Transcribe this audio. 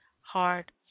hard